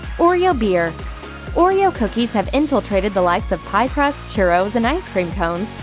oreo beer oreo cookies have infiltrated the likes of pie crust, churros, and ice cream cones,